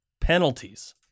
penalties